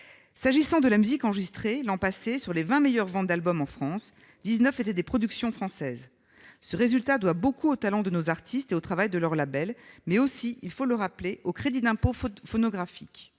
S'agissant de la musique enregistrée, l'an passé, sur les vingt meilleures ventes d'albums en France, dix-neuf étaient des productions françaises. Ce résultat doit beaucoup au talent de nos artistes et au travail de leurs labels, mais aussi, il faut le rappeler, au crédit d'impôt phonographique.